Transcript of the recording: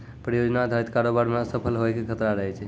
परियोजना अधारित कारोबार मे असफल होय के खतरा रहै छै